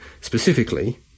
specifically